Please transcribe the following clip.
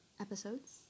episodes